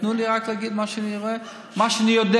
תנו לי רק להגיד מה שאני יודע, אפילו,